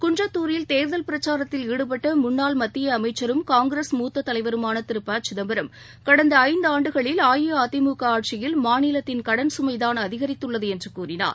குன்றத்தூரில் தேர்தல் பிரச்சாரத்தில் ஈடுபட்ட முன்னாள் மத்திய அமைச்சரும் காங்கிரஸ் மூத்த தலைவருமான திரு ப சிதம்பரம் கடந்த ஐந்தாண்டுகளில் அஇஅதிமுக ஆட்சியில் மாநிலத்தின் கடன்சுமைதான் அதிகரித்துள்ளது என்று கூறினார்